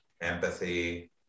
empathy